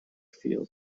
feel